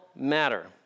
matter